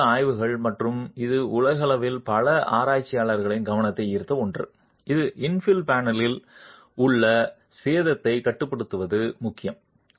சமீபத்திய ஆய்வுகள் மற்றும் இது உலகளவில் பல ஆராய்ச்சியாளர்களின் கவனத்தை ஈர்த்த ஒன்று இது இன்ஃபில் பேனலில் உள்ள சேதத்தை கட்டுப்படுத்துவது முக்கியம்